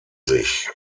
sich